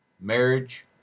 marriage